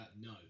No